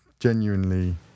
genuinely